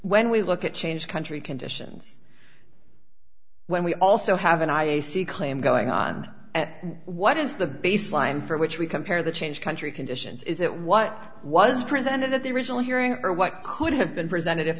when we look at change country conditions when we also have an i a c claim going on at what is the baseline for which we compare the change country conditions is it what was presented at the original hearing or what could have been presented if